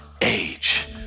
age